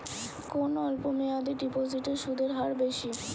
কোন অল্প মেয়াদি ডিপোজিটের সুদের হার বেশি?